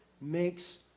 makes